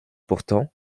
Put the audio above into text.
pourtant